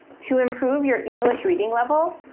to improve your english reading level,